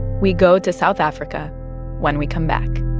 we go to south africa when we come back